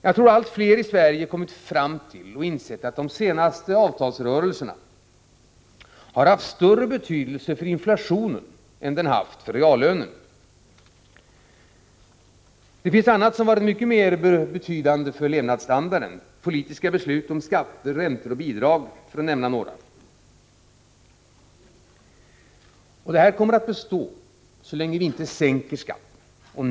Jag tror att allt fler människor i Sverige har kommit fram till och insett att de senaste avtalsrörelserna har haft större betydelse för inflationen än för reallönen. Det finns annat som har varit mycket mer betydande för levnadsstandarden — politiska beslut om skatter, räntor och bidrag, för att nämna några exempel. Detta förhållande kommer att bestå så länge vi inte sänker skatten.